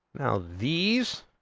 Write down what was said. now v's